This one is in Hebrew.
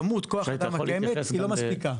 כמות כוח האדם הקיימת היא לא מספיקה.